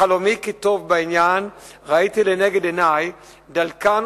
בחלומי כי טוב בעניין ראיתי לנגד עיני דלקן